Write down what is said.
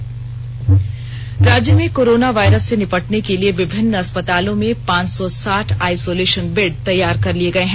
isolation centre राज्य में corona virus से निपटने के लिए विभिन्न अस्पतालों में पांच सौ साठ आइसोलेशन बेड तैयार कर लिये गए हैं